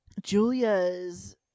Julia's